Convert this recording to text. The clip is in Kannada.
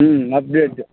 ಹ್ಞೂ ಅಪ್ಡೇಟ್